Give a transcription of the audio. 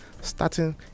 starting